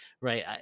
right